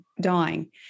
dying